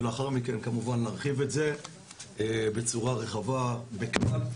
ולאחר מכן כמובן נרחיב את זה בצורה רחבה בכלל.